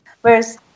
Whereas